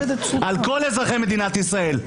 על כל אזרחי מדינת ישראל.